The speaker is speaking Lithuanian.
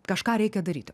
kažką reikia daryti